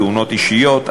תאונות אישיות,